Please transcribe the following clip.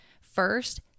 First